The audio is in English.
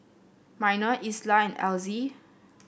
Minor Isla and Elzy